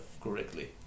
correctly